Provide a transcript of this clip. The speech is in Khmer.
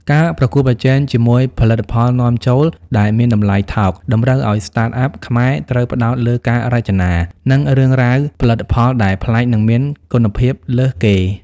ការប្រកួតប្រជែងជាមួយផលិតផលនាំចូលដែលមានតម្លៃថោក តម្រូវឱ្យ Startup ខ្មែរត្រូវផ្ដោតលើការរចនា និងរឿងរ៉ាវផលិតផលដែលប្លែក និងមានគុណភាពលើសគេ។